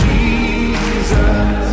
Jesus